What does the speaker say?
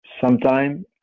sometime